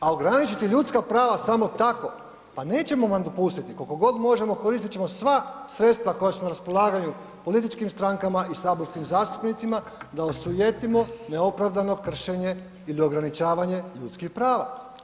A ograničiti ljudska prava samo tako, pa nećemo vam dopustiti koliko god možemo koristit ćemo sva sredstva koja su na raspolaganju političkim strankama i saborskim zastupnicima da osujetimo neopravdano kršenje ili ograničavanje ljudskih prava.